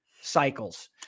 cycles